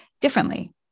differently